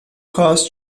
cost